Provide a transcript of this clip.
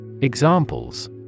Examples